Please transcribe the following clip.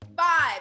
five